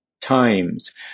times